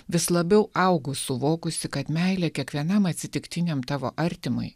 vis labiau augu suvokusi kad meilė kiekvienam atsitiktiniam tavo artimui